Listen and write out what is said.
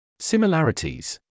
Similarities